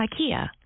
IKEA